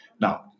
Now